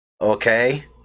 Okay